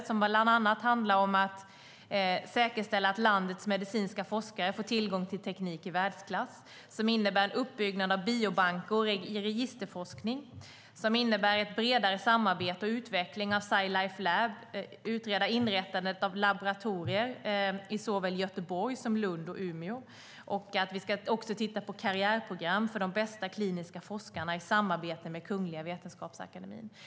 Det handlar bland annat om att säkerställa att landets medicinska forskare får tillgång till teknik i världsklass, bygga upp biobanker och registerforskning, skapa ett bredare samarbete för utveckling av Sci Life Lab, utreda inrättandet av laboratorier i såväl Göteborg som Lund och Umeå och titta på karriärprogram för de bästa kliniska forskarna i samarbete med Kungliga Vetenskapsakademien.